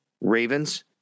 Ravens